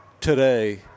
today